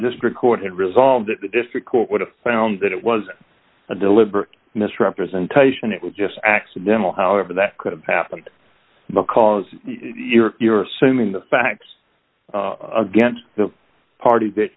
district court had resolved it the district court would have found that it was a deliberate misrepresentation it was just accidental however that could have happened because you're you're assuming the facts against the party that